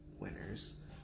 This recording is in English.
winners